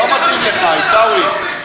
לא מתאים לך, עיסאווי.